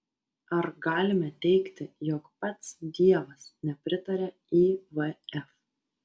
ar galime teigti jog pats dievas nepritaria ivf